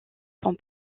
font